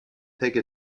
take